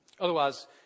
otherwise